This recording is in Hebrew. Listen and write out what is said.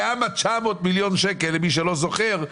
גם ה-900 מיליון שקלים למי שלא זוכר,